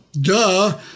Duh